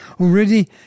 already